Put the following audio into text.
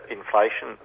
inflation